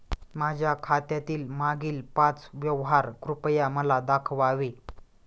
माझ्या खात्यातील मागील पाच व्यवहार कृपया मला दाखवावे